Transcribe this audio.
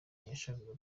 ntiyashakaga